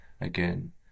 again